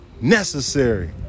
necessary